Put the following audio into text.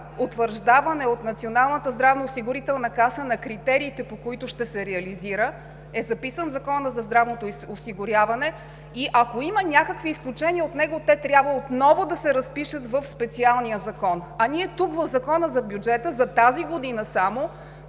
от Националната здравноосигурителна каса на критериите, по които ще се реализира, е записан в Закона за здравното осигуряване и ако има някакви изключения от него, те трябва отново да се разпишат в специалния закон. Ние тук в Закона за бюджета за тази година